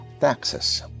taxes